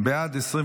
בעד,